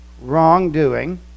wrongdoing